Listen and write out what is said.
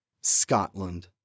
Scotland